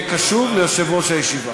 את הצעת החוק ויהיה קשוב ליושב-ראש הישיבה.